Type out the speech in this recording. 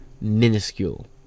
Minuscule